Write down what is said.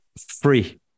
free